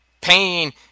pain